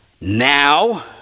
now